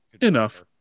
enough